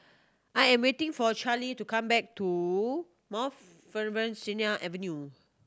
I am waiting for Charley to come back to from Mount Sinai Avenue